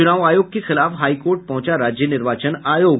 चुनाव आयोग के खिलाफ हाई कोर्ट पहुंचा राज्य निर्वाचन आयोग